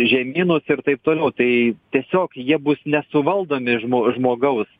žemynus ir taip toliau tai tiesiog jie bus nesuvaldomi žmo žmogaus